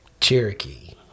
Cherokee